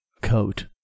coat